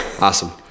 awesome